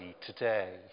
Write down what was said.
today